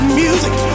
music